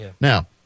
Now